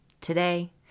today